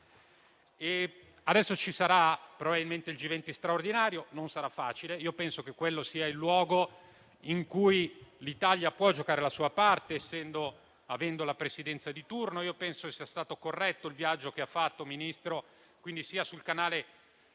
Adesso ci sarà probabilmente il G20 straordinario, che non sarà facile. Penso che quello sia il luogo in cui l'Italia può giocare la sua parte, avendo la presidenza di turno. Considero corretto il viaggio che ha fatto il Ministro, operando quindi sul canale